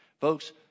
Folks